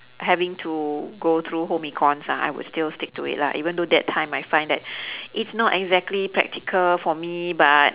having to go through home econs ah I would still stick to it lah even though that time I find that it's not exactly practical for me but